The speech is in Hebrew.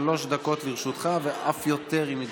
שלוש דקות לרשותך ואף יותר, אם יידרש.